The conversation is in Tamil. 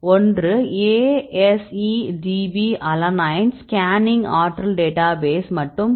ஒன்று ASEdb அலனைன் ஸ்கேனிங் ஆற்றல் டேட்டாபேஸ் மற்றும் PINT